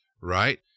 Right